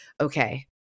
okay